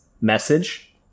message